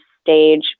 stage